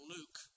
Luke